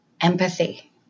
empathy